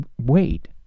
wait